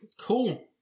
cool